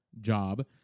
job